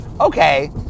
okay